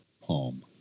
home